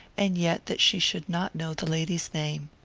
and yet that she should not know the lady's name.